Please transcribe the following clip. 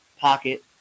pocket